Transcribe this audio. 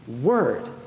Word